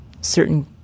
certain